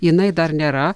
jinai dar nėra